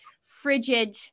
frigid